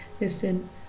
listen